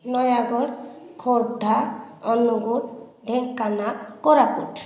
Nayagarh Khordha Angul Dhenkanal Koraput